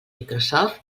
microsoft